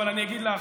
אבל אני אגיד לך,